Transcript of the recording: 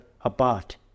apart